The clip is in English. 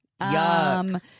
Yuck